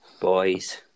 boys